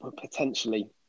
potentially